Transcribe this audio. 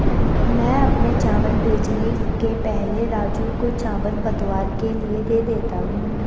मैं अपने चावल बेचने के पहले राजू को चावल पतवार के लिए दे देता हूं